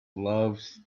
loves